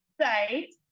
say